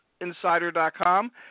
insider.com